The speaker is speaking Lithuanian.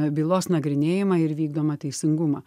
bylos nagrinėjimą ir vykdomą teisingumą